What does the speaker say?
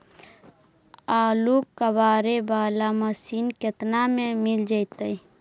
आलू कबाड़े बाला मशीन केतना में मिल जइतै?